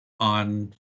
on